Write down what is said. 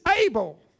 able